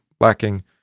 lacking